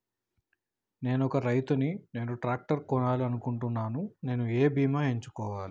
నేను ఒక రైతు ని నేను ట్రాక్టర్ కొనాలి అనుకుంటున్నాను నేను ఏ బీమా ఎంచుకోవాలి?